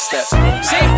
See